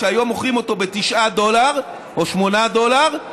שהיום מוכרים אותו ב-9 דולר או 8 דולר,